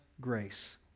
grace